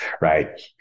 right